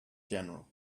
general